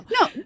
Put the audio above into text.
No